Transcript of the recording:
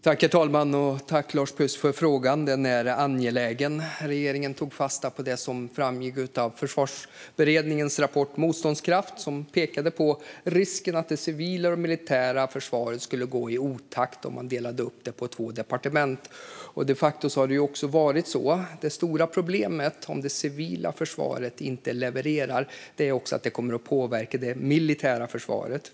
Herr talman! Tack, Lars Püss, för frågan! Den är angelägen. Regeringen tog fasta på det som framgick av Försvarsberedningens rapport Motståndskraft . Där pekade man på risken för att det civila och det militära försvaret skulle gå i otakt om man delade upp dem på två departement. Det har de facto också varit på det sättet. Det stora problemet om det civila försvaret inte levererar är att det kommer att påverka det militära försvaret.